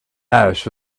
ash